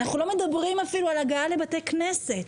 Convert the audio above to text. ואנחנו לא מדברים אפילו על הגעה לבתי כנסת.